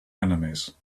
enemies